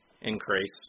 increase